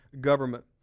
government